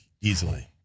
easily